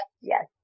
Yes